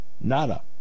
Nada